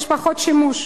יש פחות שימוש.